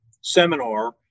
seminar